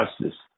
justice